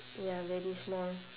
ya very small